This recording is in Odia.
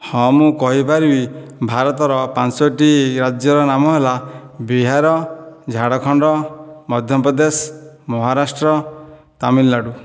ହଁ ମୁଁ କହିପାରିବି ଭାରତର ପାଞ୍ଚୋଟି ରାଜ୍ୟର ନାମ ହେଲା ବିହାର ଝାଡ଼ଖଣ୍ଡ ମଧ୍ୟପ୍ରଦେଶ ମହାରାଷ୍ଟ୍ର ତାମିଲନାଡୁ